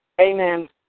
Amen